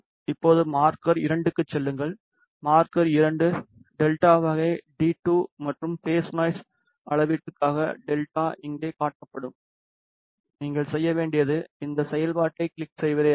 இப்போது மார்க்கர் 2 க்குச் செல்லுங்கள் மார்க்கர் 2 டெல்டா வகை டி 2 மற்றும் பேஸ் நாய்ஸ் அளவீட்டுக்காக டெல்டா இங்கே காட்டப்படும் நீங்கள் செய்ய வேண்டியது இந்த செயல்பாட்டைக் கிளிக் செய்வதே ஆகும்